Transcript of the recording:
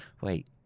wait